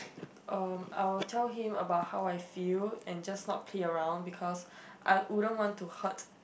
uh I will tell him about how I feel and just not play around because I wouldn't want to hurt